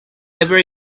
never